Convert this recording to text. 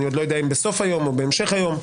אני עוד לא יודע אם בסוף היום או בהמשך היום,